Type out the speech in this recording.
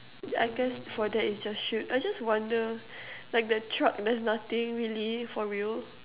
I guess for that it's just shoot I just wonder like the truck there's nothing really for real